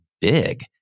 big